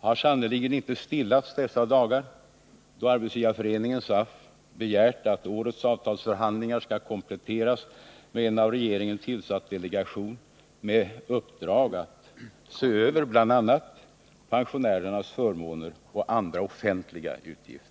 har sannerligen inte stillats i dessa dagar, då Arbetsgivareföreningen, SAF, begärt att årets avtalsförhandlingar skall kompletteras med en av regeringen tillsatt delegation med uppdrag att se över bl.a. pensionärernas förmåner och andra offentliga utgifter.